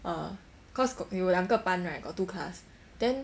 ah cause got you know 两个班 right got two class then